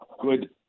good